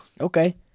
Okay